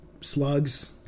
Slugs